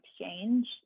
exchange